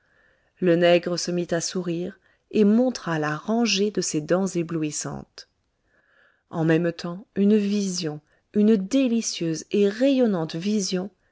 le nègre se mit à sourire et montra la rangée de ses dents éblouissantes en même temps une vision une délicieuse et rayonnante vision